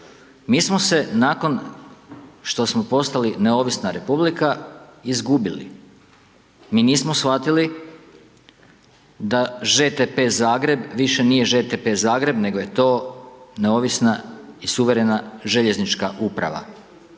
Mi smo se nakon što smo postali neovisna Republika, izgubili, mi nismo shvatili da ŽTP Zagreb, više nije ŽTP Zagreb, nego je to neovisna i suverena željeznička uprava.